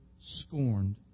scorned